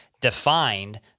defined